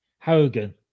Hogan